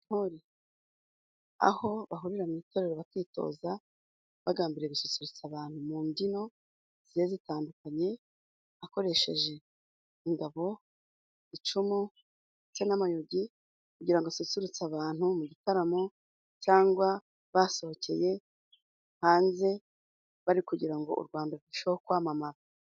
Intore aho bahurira mu itorero bakitoza bagambiriye gususurutsa abantu mu mbyino zigiye zitandukanye akoresheje ingabo, icumu ndetse n'amayogi kugira ngo asusurutse abantu mu gitaramo cyangwa basohokeye hanze, bari kugira ngo u Rwanda rurusheho kwamamara.